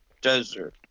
desert